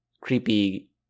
creepy